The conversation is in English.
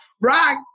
Rock